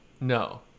No